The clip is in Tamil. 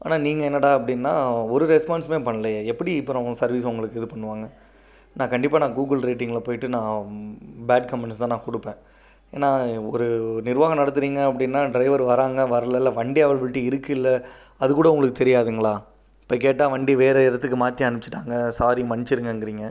ஆனால் நீங்கள் என்னடா அப்படீன்னா ஒரு ரெஸ்பான்ஸுமே பண்ணலையே எப்படி அப்றம் சர்வீஸ் உங்களுக்கு இது பண்ணுவாங்க நான் கண்டிப்பாக நான் கூகுள் ரேட்டிங்கில் போய்விட்டு நான் பேட் கமெண்ட்ஸ் தான் நான் கொடுப்பேன் ஏனால் ஒரு நிர்வாகம் நடத்துகிறீங்க அப்படீன்னா டிரைவர் வராங்க வரலே இல்லை வண்டி அவங்கள்கிட்ட இருக்குது இல்லை அதுகூட உங்களுக்கு தெரியாதுங்களா இப்போ கேட்டால் வண்டி வேறு இடத்துக்கு மாற்றி அனுப்ச்சுட்டாங்க சாரி மன்னிச்சுருங்கங்கிறீங்க